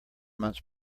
months